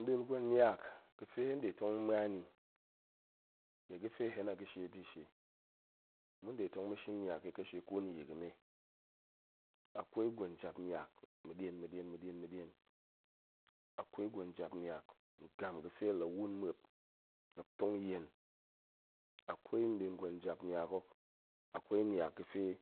Nɗiin gwen niak ga̱fe hen ɗe tong ma̱an i, nie ga̱fe hen a ga̱ shie bi shie, ma̱n ɗe tong ma̱ shin niak i kashi ƙun n yi ga̱me, akwai gwen jap niak ma̱ ɗien, ma̱ ɗiem, ma̱ ɗien ma̱ɗien, akwai gwen jap niak ngam ga̱fe la wun muop, muop tong yen, akwai nɗin gwen jap niak hok, akwai niak ga̱fe